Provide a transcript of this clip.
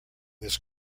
this